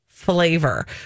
flavor